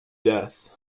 death